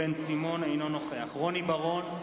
אינו נוכח רוני בר-און,